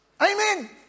Amen